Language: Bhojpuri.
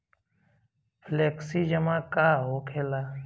फ्लेक्सि जमा का होखेला?